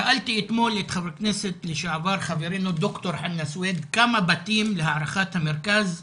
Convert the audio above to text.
שאלתי אתמול את ח"כ לשעבר ד"ר חנא סוויד כמה בתים להערכת המרכז יש,